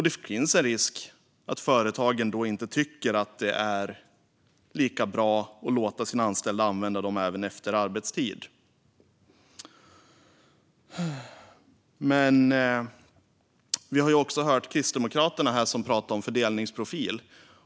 Det finns en risk att företagen då inte tycker att det är lika bra att låta sina anställda använda bilarna även efter arbetstid. Vi har hört Kristdemokraterna här prata om fördelningsprofil.